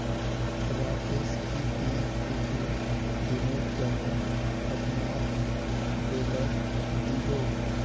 राकेश की ती कुछू दिनेर त न अपनार बेलर दी बो